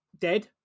Dead